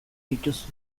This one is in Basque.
dituzu